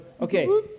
okay